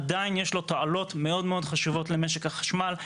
עדיין יש לו תועלות מאוד מאוד חשובות למשק החשמל.